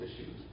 issues